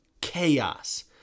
chaos